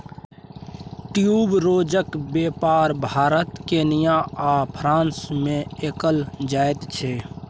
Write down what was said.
ट्यूबरोजक बेपार भारत केन्या आ फ्रांस मे कएल जाइत छै